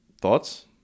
Thoughts